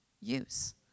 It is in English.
use